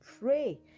pray